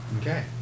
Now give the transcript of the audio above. Okay